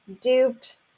duped